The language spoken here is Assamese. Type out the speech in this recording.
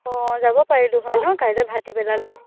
অঁ যাব পাৰিলোঁ হয় ন কাইলৈ ভাতিবেলালৈ